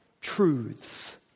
truths